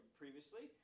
previously